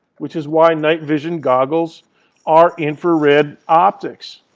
which is why night-vision goggles are infrared optics.